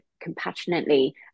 compassionately